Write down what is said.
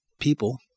people